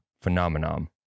Phenomenon